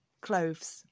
cloves